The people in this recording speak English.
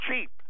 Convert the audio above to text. cheap